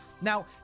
Now